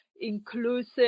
inclusive